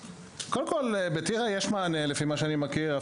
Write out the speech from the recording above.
קודם כול, בטייבה יש מענה, לפי מה שאני מכיר.